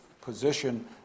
position